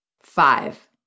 Five